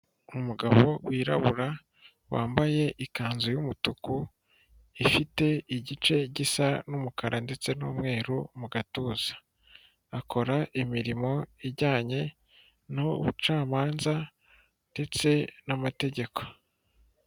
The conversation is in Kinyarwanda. Umugabo wirabura wambaye ikanzu y'umutuku ifite igice gisa n'umukara ndetse n'umweru mu gatuza, akora imirimo ijyanye n'ubucamanza ndetse n'amategeko.